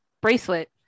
bracelet